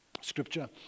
scripture